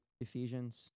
Ephesians